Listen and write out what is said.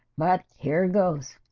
but here goes